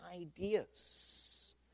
ideas